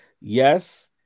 yes